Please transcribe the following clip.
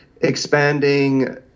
expanding